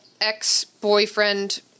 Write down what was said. ex-boyfriend